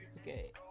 Okay